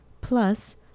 plus